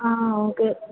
ஆ okay